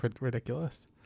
ridiculous